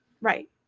Right